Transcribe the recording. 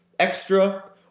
extra